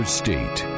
state